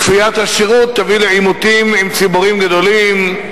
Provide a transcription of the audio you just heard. כפיית השירות תביא לעימותים עם ציבורים גדולים,